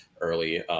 early